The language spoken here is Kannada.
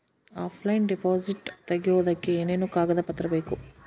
ಆಫ್ಲೈನ್ ಡಿಪಾಸಿಟ್ ತೆಗಿಯೋದಕ್ಕೆ ಏನೇನು ಕಾಗದ ಪತ್ರ ಬೇಕು?